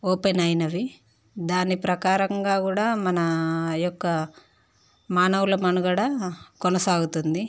open అయినవి దాని ప్రకారంగా కూడా మన యొక్క మానవుల మనుగడ కొనసాగుతుంది